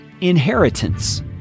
inheritance